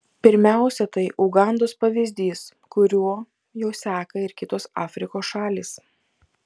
pirmiausia tai ugandos pavyzdys kuriuo jau seka ir kitos afrikos šalys